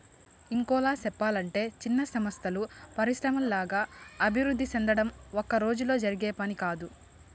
ఇంకోలా సెప్పలంటే చిన్న సంస్థలు పరిశ్రమల్లాగా అభివృద్ధి సెందడం ఒక్కరోజులో జరిగే పని కాదు